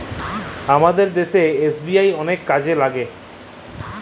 আমাদের দ্যাশের এস.বি.আই অলেক কাজে ল্যাইগে